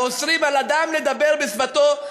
ואוסרים על אדם לדבר בשפתו,